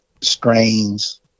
strains